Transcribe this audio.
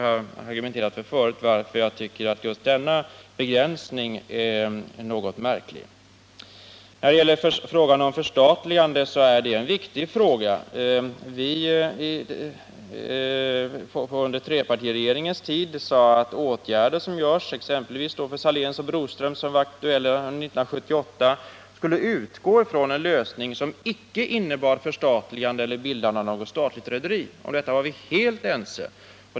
Jag har förut redovisat varför jag tycker att denna begränsning är något märklig. Frågan om förstatligande är en viktig fråga. Vi sade under trepartiregeringens tid att åtgärder som vidtas exempelvis för Saléns och Broströms, som var aktuella 1978, skulle utgå från en lösning som icke innebar förstatligande eller bildande av något statligt rederi. Om detta var vi helt ense.